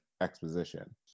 exposition